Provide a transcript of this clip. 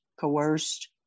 coerced